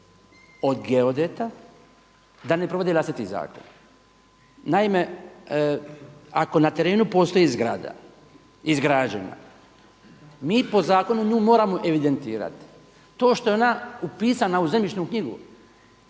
od geodeta da ne provode vlastiti zakon. Naime, ako na terenu postoji zgrada izgrađena, mi po zakonu nju moramo evidentirati. To što je ona upisana u zemljišnu knjigu